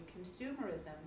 consumerism